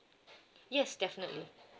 yes definitely